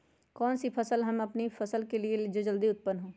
कौन सी बीज ले हम अपनी फसल के लिए जो जल्दी उत्पन हो?